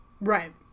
Right